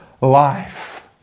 life